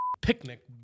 picnic